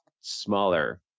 smaller